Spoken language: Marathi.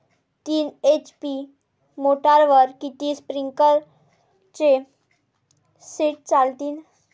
तीन एच.पी मोटरवर किती स्प्रिंकलरचे सेट चालतीन?